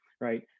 right